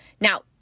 Now